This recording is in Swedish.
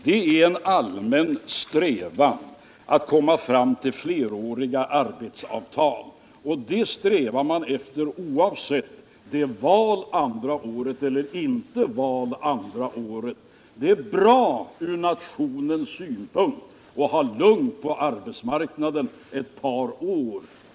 Det är en allmän strävan att komma fram till fleråriga arbetsavtal. Det strävar man efter, oavsett om det är val andra året eller inte. Det är bra från nationens synpunkt att ha lugn på arbetsmarknaden ett par år.